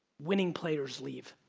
winning players leave.